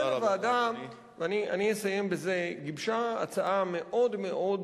לכן, הוועדה, תודה רבה לך, אדוני.